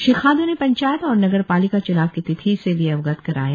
श्री खांडू ने पंचायत और नगर पालिका च्नाव की तिथि से भी अवगत कराया